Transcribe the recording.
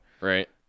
Right